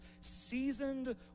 seasoned